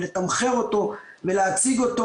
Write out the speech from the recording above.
ולתמחר אותו ולהציג אותו.